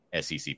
SEC